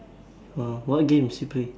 oh what games you play